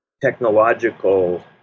technological